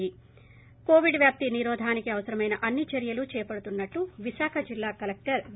ి కోవిడ్ వ్యాప్తి నిరోధానికి అవసరమైన అన్ని చర్యలు చేపడుతున్నట్లు విశాఖ జిల్లా కలెక్టర్ వి